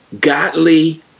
godly